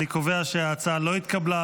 אני קובע שההצעה לא התקבלה,